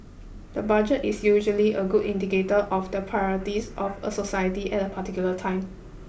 the budget is usually a good indicator of the priorities of a society at a particular time